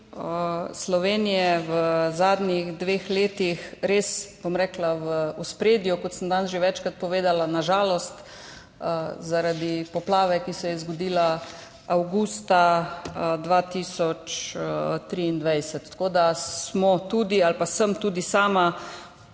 Slovenije v zadnjih dveh letih res, bom rekla, v ospredju, kot sem danes že večkrat povedala, na žalost zaradi poplave, ki se je zgodila avgusta 2023. Tako da sem tudi sama